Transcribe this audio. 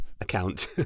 account